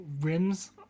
rims